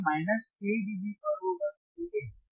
यह minus 3 dB पर होगा ठीक है